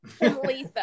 Letha